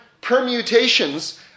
permutations